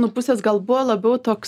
nu pusės gal buvo labiau toks